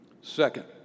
Second